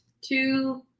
Two